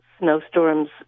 snowstorms